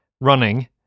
running